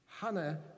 Hannah